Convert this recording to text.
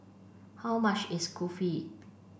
how much is Kulfi